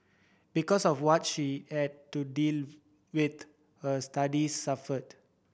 because of what she had to deal with her studies suffered